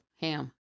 ham